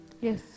yes